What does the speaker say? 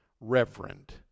reverend